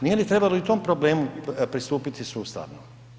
Nije li trebalo i tom problemu pristupiti sustavno?